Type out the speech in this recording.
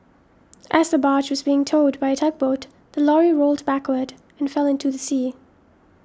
as the barge was being towed by a tugboat the lorry rolled backward and fell into the sea